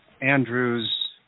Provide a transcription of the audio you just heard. Andrew's